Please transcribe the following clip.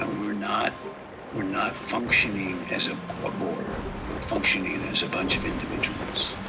we're not we're not functioning as a a board, we're functioning as a bunch of individuals.